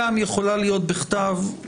גם יכולה להיות בכתב,